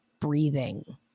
breathing